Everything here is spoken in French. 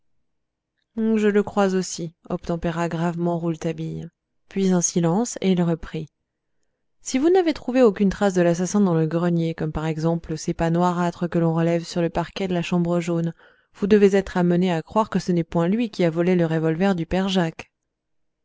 je le crois aussi obtempéra gravement rouletabille puis un silence et il reprit si vous n'avez trouvé aucune trace de l'assassin dans le grenier comme par exemple ces pas noirâtres que l'on relève sur le parquet de la chambre jaune vous devez être amené à croire que ce n'est point lui qui a volé le revolver du père jacques